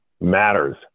matters